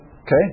Okay